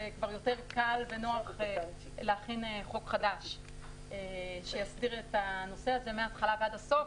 וכבר יותר קל ונוח להכין חוק חדש שיסדיר את הנושא הזה מהתחלה ועד הסוף,